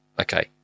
okay